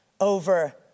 over